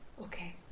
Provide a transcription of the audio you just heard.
Okay